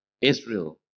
Israel